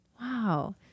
Wow